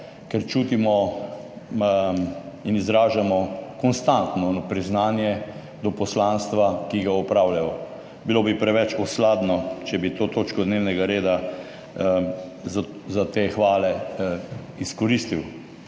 ker čutimo in izražamo konstantno priznanje do poslanstva, ki ga opravljajo. Bilo bi preveč osladno, če bi to točko dnevnega reda izkoristil